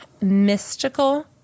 mystical